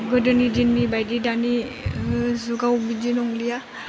गोदोनि दिननिबायदि दानि ओह जुगाव बिदि नंलिया